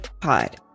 Pod